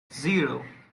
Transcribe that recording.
zero